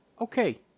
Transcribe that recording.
Okay